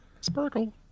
Sparkle